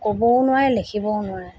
ক'বও নোৱাৰে লিখিবও নোৱাৰে